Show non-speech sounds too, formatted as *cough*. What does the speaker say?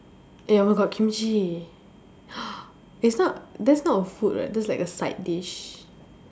eh oh my god kimchi *noise* it's not that's not a food right that's like a side dish